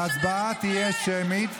ההצבעה תהיה שמית.